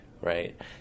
right